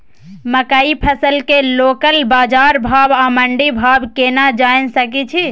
मकई फसल के लोकल बाजार भाव आ मंडी भाव केना जानय सकै छी?